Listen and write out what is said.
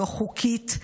לא חוקית,